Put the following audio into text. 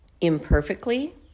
imperfectly